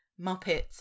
Muppets